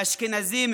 לאשכנזים,